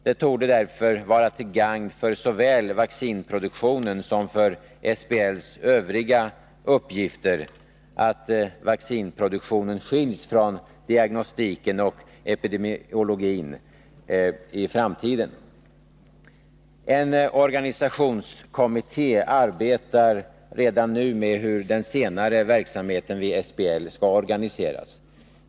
Det torde därför vara till gagn för såväl vaccinproduktionen som SBL:s övriga uppgifter att vaccinproduktionen skiljs från diagnostiken och epidemiologin i framtiden. En organisationskommitté arbetar redan nu med hur den senare verksamheten vid SBL skall organiseras.